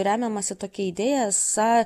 remiamasi tokia idėja esą